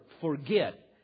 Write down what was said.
forget